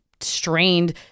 strained